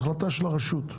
זאת החלטה של הרשות המקומית,